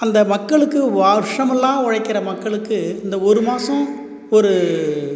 அந்த மக்களுக்கு வர்ஷமெல்லாம் உழைக்கிற மக்களுக்கு இந்த ஒரு மாதம் ஒரு